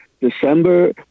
December